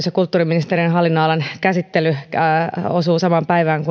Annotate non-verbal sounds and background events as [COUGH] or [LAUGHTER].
[UNINTELLIGIBLE] ja kulttuuriministeriön hallinnonalan käsittely osuu samaan päivään [UNINTELLIGIBLE]